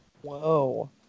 whoa